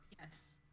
Yes